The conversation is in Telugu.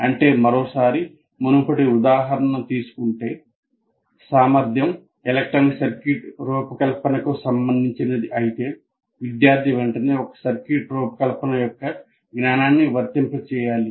అంటే మరోసారి మునుపటి ఉదాహరణను తీసుకుంటే సామర్థ్యం ఎలక్ట్రానిక్ సర్క్యూట్ రూపకల్పనకు సంబంధించినది అయితే విద్యార్థి వెంటనే ఒక సర్క్యూట్ రూపకల్పన యొక్క జ్ఞానాన్ని వర్తింపజేయాలి